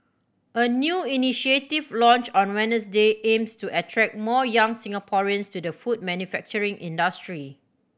a new initiative launched on Wednesday aims to attract more young Singaporeans to the food manufacturing industry